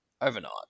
overnight